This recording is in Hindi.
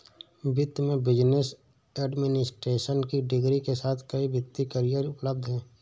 वित्त में बिजनेस एडमिनिस्ट्रेशन की डिग्री के साथ कई वित्तीय करियर उपलब्ध हैं